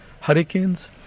hurricanes